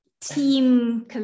team